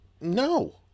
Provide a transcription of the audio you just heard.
No